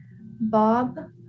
Bob